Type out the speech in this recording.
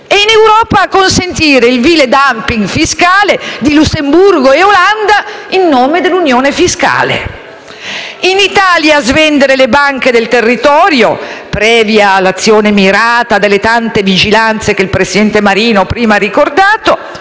e in Europa a consentire il vile *dumping* fiscale di Lussemburgo e Olanda in nome dell'unione fiscale. In Italia a svendere le banche nel territorio, previa azione mirata delle tante vigilanze che il presidente Marino prima ha ricordato;